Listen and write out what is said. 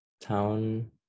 town